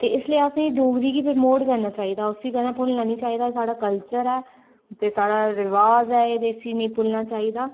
ते इसलेई असेंगी डोगरी गी प्रमोट करना चाहिदा उसी कदें भुल्लना नि चाहिदा एह् साह्ड़ा कल्चर ऐ ते साह्ड़ा रवाज़ ऐ ते इसी नेई भुल्लना चाहिदा